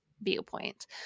viewpoint